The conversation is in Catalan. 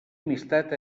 amistat